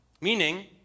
meaning